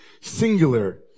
singular